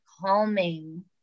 calming